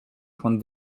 point